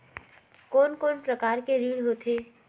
कोन कोन प्रकार के ऋण होथे?